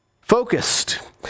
Focused